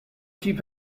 keep